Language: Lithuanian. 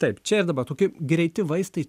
taip čia ir dabar tokie greiti vaistai